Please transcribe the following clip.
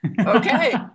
Okay